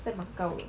在 macau eh